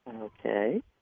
Okay